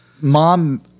Mom